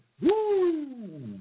Woo